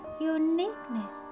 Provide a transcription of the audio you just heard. uniqueness